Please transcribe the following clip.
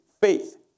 faith